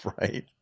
right